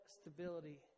stability